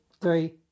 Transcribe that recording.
three